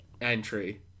entry